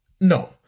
No